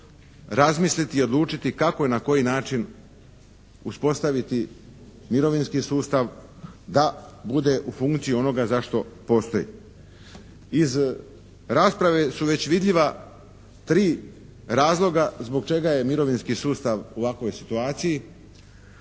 razmisliti i odlučiti kako i na koji način uspostaviti mirovinski sustav da bude u funkciji onoga zašto postoji. Iz rasprave su već vidljiva tri razloga zbog čega je mirovinski sustav u ovakvoj situaciji.